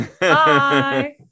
Bye